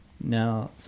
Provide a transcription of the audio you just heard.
Now